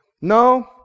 No